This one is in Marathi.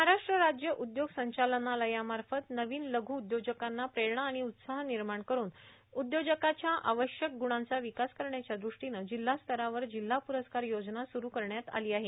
महाराष्ट्र राज्य उद्योग संचालनालयामार्फत नविन लघ् उद्योजकांना प्रेरणा आणि उत्साह निर्माण करुन उद्योजकाच्या आवश्यक ग्णाचा विकास करण्याच्या दृष्टीनं जिल्हा स्तरावर जिल्हा प्रस्कार योजना सूरु करण्यात आली आहे